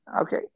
okay